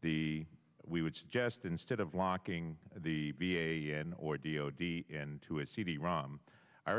the we would suggest instead of locking the be a in or d o d into a cd rom our